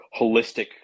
holistic